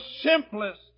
simplest